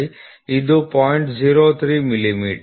03 millimetre